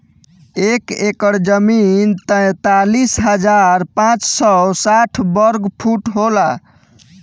एक एकड़ जमीन तैंतालीस हजार पांच सौ साठ वर्ग फुट होला